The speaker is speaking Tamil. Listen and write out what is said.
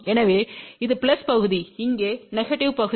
எனவே இது பிளஸ் பகுதி இங்கே நெகடிவ் பகுதி